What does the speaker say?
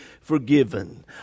forgiven